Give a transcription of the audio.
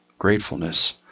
gratefulness